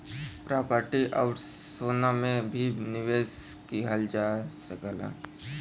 property आउर सोना में भी निवेश किहल जा सकला